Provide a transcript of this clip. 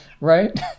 Right